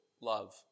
love